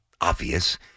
obvious